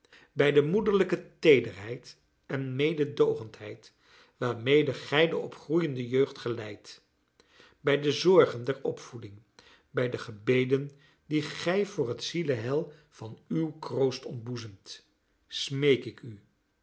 bij de moederlijke teederheid en meedoogendheid waarmede gij de opgroeiende jeugd geleidt bij de zorgen der opvoeding bij de gebeden die gij voor het zieleheil van uw kroost ontboezemt smeek ik u